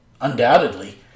Undoubtedly